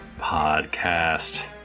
podcast